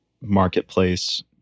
marketplace